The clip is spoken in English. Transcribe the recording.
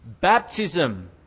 Baptism